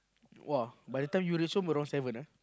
!wah! by the time you reach home around seven ah